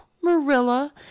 Marilla